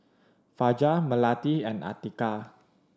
Fajar Melati and Atiqah